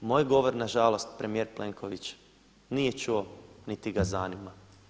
Moj govor nažalost premijer Plenković nije čuo niti ga zanima.